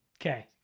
Okay